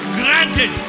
granted